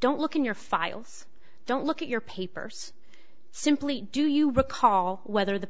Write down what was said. don't look in your files don't look at your papers simply do you recall whether the